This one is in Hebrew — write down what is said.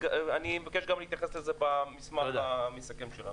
אבקש להתייחס לזה במסמך המסכם שלנו.